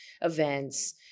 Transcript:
events